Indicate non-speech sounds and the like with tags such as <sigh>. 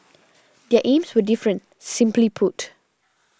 <noise> their aims were different simply put